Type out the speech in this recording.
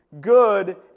good